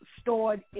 stored